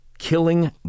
Killing